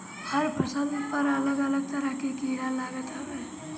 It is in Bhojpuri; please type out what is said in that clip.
हर फसल पर अलग अलग तरह के कीड़ा लागत हवे